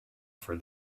for